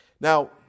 Now